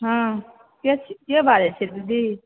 हँ के बाजै छियै दीदी